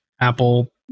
Apple